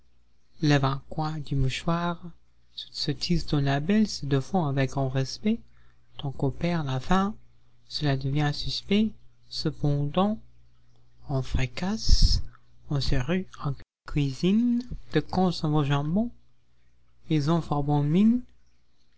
coin du mouchoir toutes sottises dont la belle se défend avec grand respect tant qu'au père à la fin cela devient suspect cependant on fricasse on se rue en cuisine de quand sont vos jambons ils ont